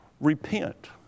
repent